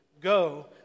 Go